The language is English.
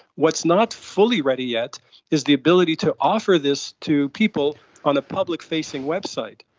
what's not fully ready yet is the ability to offer this to people on a public facing website.